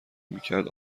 میکرد